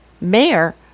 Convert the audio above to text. mayor